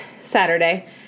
Saturday